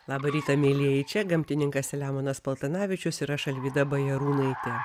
labą rytą mielieji čia gamtininkas selemonas paltanavičius ir aš alvyda bajarūnaitė